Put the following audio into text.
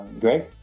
Greg